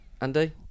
Andy